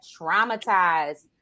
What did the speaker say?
traumatized